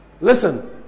Listen